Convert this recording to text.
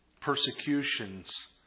persecutions